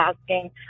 asking